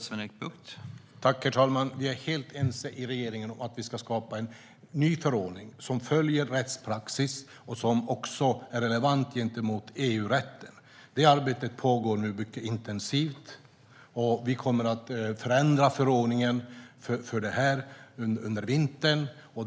Herr talman! Vi är helt ense i regeringen om att vi ska skapa en ny förordning som följer rättspraxis och även är relevant gentemot EU-rätten. Det arbetet pågår nu mycket intensivt, och vi kommer att förändra förordningen under vintern.